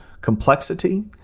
complexity